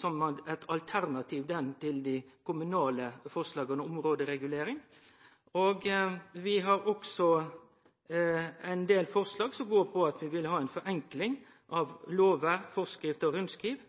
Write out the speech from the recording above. som eit alternativ til dei kommunale forslaga om områderegulering. Vi har også eit forslag som går på ei forenkling av lovar, forskrifter og rundskriv,